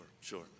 sure